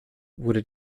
wurde